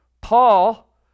Paul